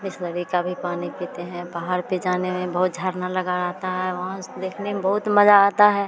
बिसलेरी का भी पानी पीते हैं पहाड़ पर जाने में बहुत झरना लगा रहता है वहाँ से देखने में बहुत मज़ा आता है